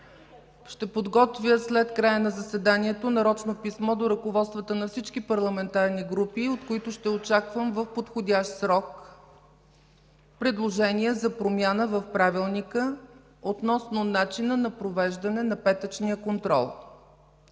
Ще подготвя след края на заседанието нарочно писмо до ръководството на всички парламентарни групи, от които ще очаквам в подходящ срок предложения за промяна в Правилника относно начина на провеждане на петъчния контрол.